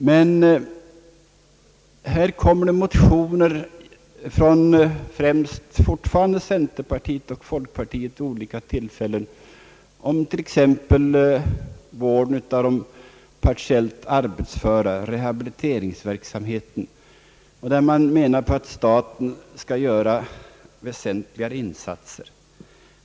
Det kommer motioner, fortfarande främst från centerpartiet och folkpartiet, vid olika tillfällen om t.ex. vården av de partiellt arbetsföra, och den därmed sammanhängande rehabiliteringsverksamheten, där man menar att staten skulle göra väsentligt större insatser.